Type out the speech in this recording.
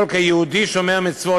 כיהודי שומר מצוות,